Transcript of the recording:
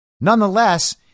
Nonetheless